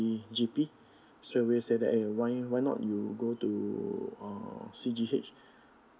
G G_P straightaway said eh why why not you go to uh C_G_H